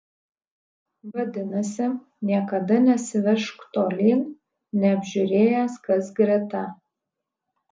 vadinasi niekada nesiveržk tolyn neapžiūrėjęs kas greta